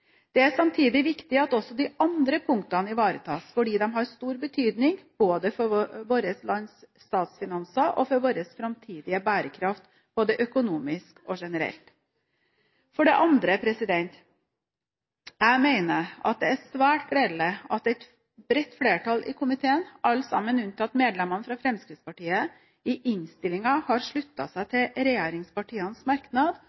Det er samtidig viktig at også de andre punktene ivaretas, for de har stor betydning både for vårt lands statsfinanser og for vår framtidige bærekraft, både økonomisk og generelt. For det andre: Jeg mener at det er svært gledelig at et bredt flertall i komiteen – alle unntatt medlemmene i Fremskrittspartiet – i innstillingen har sluttet seg til regjeringspartienes merknad